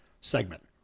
segment